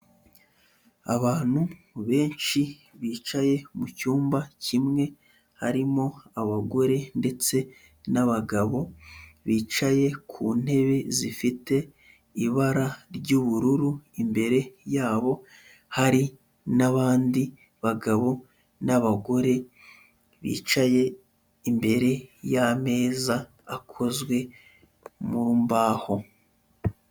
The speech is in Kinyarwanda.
Abantu benshi bicaye mu cyumba kimwe, harimo abagore ndetse n'abagabo, bicaye ku ntebe zifite ibara ry'ubururu, imbere yabo hari n'abandi bagabo n'abagore bicaye imbere y'ameza akozwe mu mbaho.